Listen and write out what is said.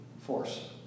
force